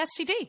STD